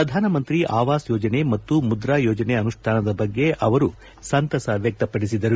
ಪ್ರಧಾನ ಮಂತ್ರಿ ಆವಾಸ್ ಯೋಜನೆ ಮತ್ತು ಮುದ್ರಾ ಯೋಜನೆ ಅನುಷ್ಠಾನದ ಬಗ್ಗೆ ಅವರು ಸಂತಸ ವ್ಯಕ್ತಪಡಿಸಿದರು